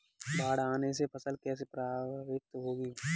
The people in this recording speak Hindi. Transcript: बाढ़ आने से फसल कैसे प्रभावित होगी?